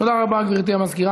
תודה רבה, גברתי המזכירה.